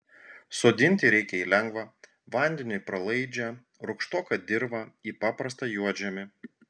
sodinti reikia į lengvą vandeniui pralaidžią rūgštoką dirvą į paprastą juodžemį